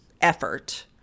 effort